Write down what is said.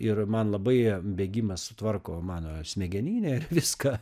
ir man labai bėgimas sutvarko mano smegeninę ir viską